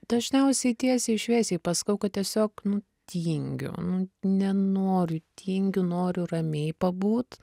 dažniausiai tiesiai šviesiai pasakau kad tiesiog nu tingiu nu nenoriu tingiu noriu ramiai pabūt